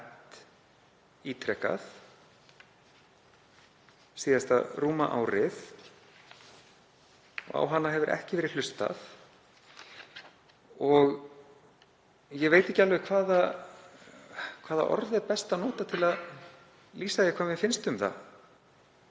ítrekað síðasta rúma árið. Á það hefur ekki verið hlustað og ég veit ekki alveg hvaða orð er best að nota til að lýsa því hvað mér finnst um það,